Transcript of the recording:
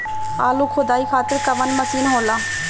आलू खुदाई खातिर कवन मशीन होला?